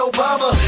Obama